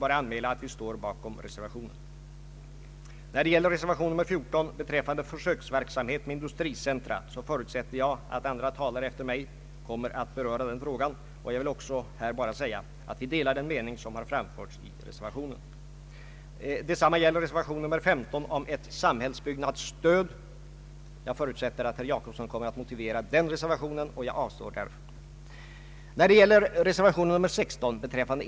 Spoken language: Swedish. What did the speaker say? Undantagsvis skulle lokaliseringsstöd kunna lämnas industriföretag eller företag med industriliknande verksamhet vid rationalisering av verksamheten även om sysselsättningen i företaget icke ökade.